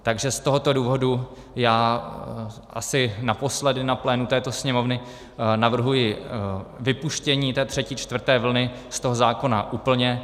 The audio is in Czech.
Takže z tohoto důvodu já asi naposledy na plénu této Sněmovny navrhuji vypuštění třetí, čtvrté vlny ze zákona úplně.